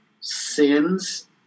sins